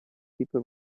people